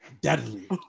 deadly